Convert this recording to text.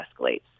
escalates